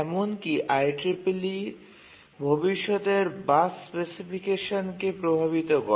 এমনকি IEEE ভবিষ্যতের bus স্পেসিফিকেশনকে প্রভাবিত করে